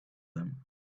them